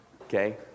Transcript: okay